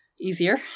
easier